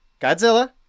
Godzilla